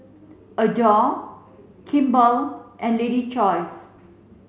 Adore Kimball and Lady's Choice